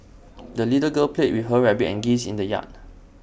the little girl played with her rabbit and geese in the yard